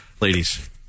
ladies